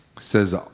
says